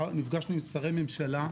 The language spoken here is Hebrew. נפגשנו עם שרי ממשלה,